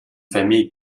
famille